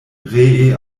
ree